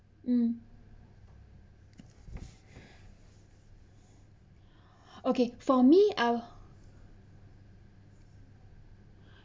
mm okay for me I